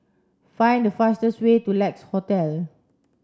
find the fastest way to Lex Hotel